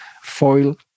foil